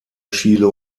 chile